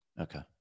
Okay